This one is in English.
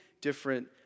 different